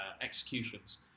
executions